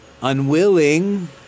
unwilling